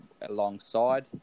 alongside